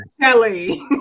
Kelly